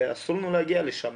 ואסור לנו להגיע לשם.